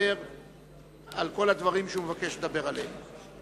ולדבר על כל הדברים שהוא מבקש לדבר עליהם.